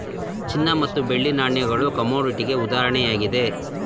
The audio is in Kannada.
ಚಿನ್ನ ಮತ್ತು ಬೆಳ್ಳಿ ನಾಣ್ಯಗಳು ಕಮೋಡಿಟಿಗೆ ಉದಾಹರಣೆಯಾಗಿದೆ